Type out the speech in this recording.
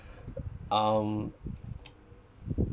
um